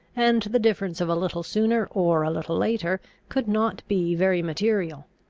and the difference of a little sooner or a little later could not be very material.